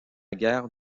guerre